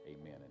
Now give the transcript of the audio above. Amen